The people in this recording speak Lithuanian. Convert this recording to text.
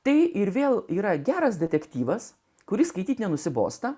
tai ir vėl yra geras detektyvas kurį skaityti nenusibosta